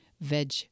Veg